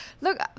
Look